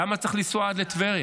למה צריך לנסוע עד טבריה?